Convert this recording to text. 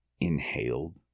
inhaled